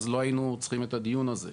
אז לא היינו צריכים את הדיון הזה.